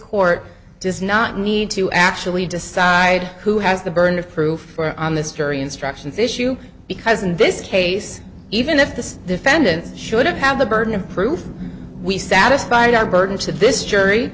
court does not need to actually decide who has the burden of proof on this jury instructions issue because in this case even if the defendant should have the burden of proof we satisfied our burden to this jury